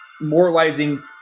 moralizing